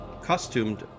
Costumed